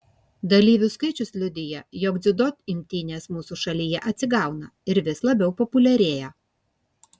dalyvių skaičius liudija jog dziudo imtynės mūsų šalyje atsigauna ir vis labiau populiarėja